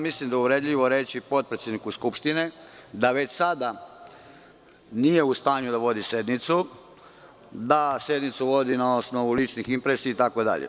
Mislim da je uvredljivo reći potpredsedniku Skupštine da već sada nije u stanju da vodi sednicu, da sednicu vodi na osnovu ličnih impresija itd.